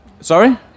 Sorry